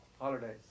holidays